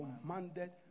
commanded